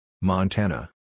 Montana